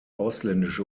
ausländische